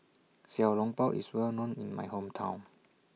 Xiao Long Bao IS Well known in My Hometown